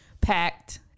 packed